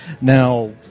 Now